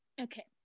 Okay